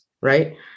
Right